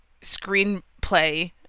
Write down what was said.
screenplay